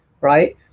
Right